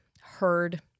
heard